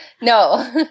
No